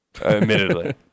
admittedly